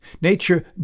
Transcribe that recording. Nature